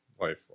life